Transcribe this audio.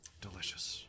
Delicious